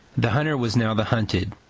the hunter was now the hunted,